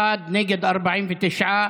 41 בעד, נגד, 49,